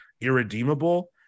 irredeemable